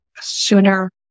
sooner